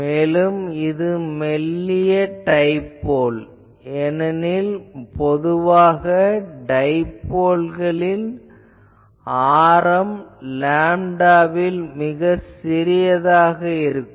மேலும் இது மெல்லிய டைபோல் ஏனெனில் பொதுவாக டைபோல்களின் ஆரம் லேம்டாவில் மிகச் சிறியதாக இருக்கும்